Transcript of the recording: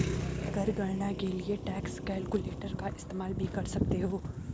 कर गणना के लिए तुम टैक्स कैलकुलेटर का इस्तेमाल भी कर सकते हो